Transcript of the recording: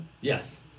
Yes